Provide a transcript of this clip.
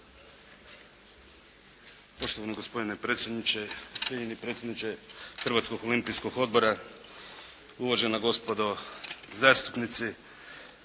Poštovani gospodine predsjedniče, cijenjeni predsjedniče Hrvatskog olimpijskog odbora, uvažena gospodo zastupnici.